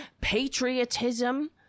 patriotism